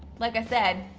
like i said.